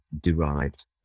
derived